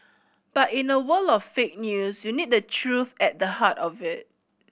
but in a world of fake news you need truth at the heart of it